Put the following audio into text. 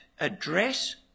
address